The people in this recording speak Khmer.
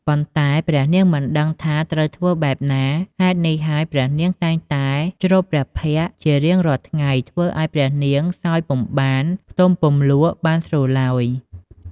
ប៉ុន្តែព្រះនាងមិនដឹងថាត្រូវធ្វើបែបណា ហេតុនេះហើយព្រះនាងតែងតែជ្រប់ព្រះភ័ក្រជារាងរាល់ថ្ងៃធ្វើឲ្យព្រះនាងសោយពុំបាន ផ្ទំពុំលក់បានស្រួលឡើយ។